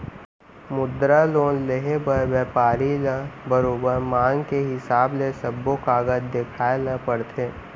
मुद्रा लोन लेहे बर बेपारी ल बरोबर मांग के हिसाब ले सब्बो कागज देखाए ल परथे